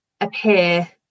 appear